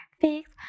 Fix